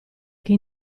che